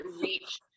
reach